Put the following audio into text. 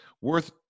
worth